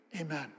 Amen